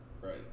right